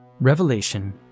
Revelation